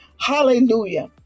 Hallelujah